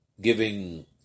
giving